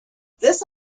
this